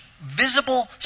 visible